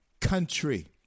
country